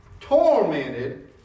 tormented